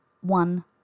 one